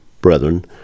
brethren